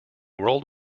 world